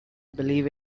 believe